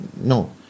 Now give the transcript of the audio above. No